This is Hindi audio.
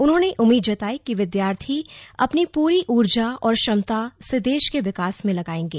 उन्होंने उम्मीद जताई कि विद्यार्थी अपनी पूरी ऊर्जा और क्षमता देश के विकास मे लगाएंगे